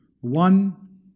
one